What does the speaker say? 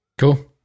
cool